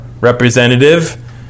representative